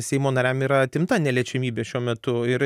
seimo nariam yra atimta neliečiamybė šiuo metu ir